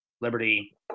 Liberty